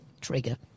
trigger